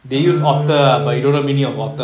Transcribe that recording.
err